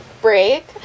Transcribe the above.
break